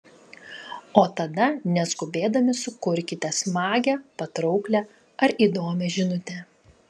o tada neskubėdami sukurkite smagią patrauklią ar įdomią žinutę